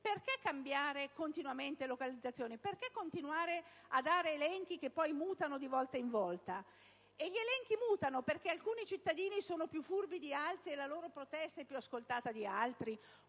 perché cambiare continuamente localizzazione? Perché continuare a redigere elenchi che poi mutano di volta in volta? Ebbene, gli elenchi mutano perché alcuni cittadini sono più furbi di altri e la loro protesta è più ascoltata di quella